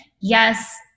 yes